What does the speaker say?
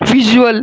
visual